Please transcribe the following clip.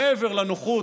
מעבר לנוחות,